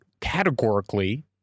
categorically